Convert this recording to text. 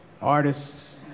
artists